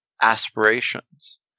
aspirations